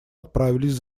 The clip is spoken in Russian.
отправились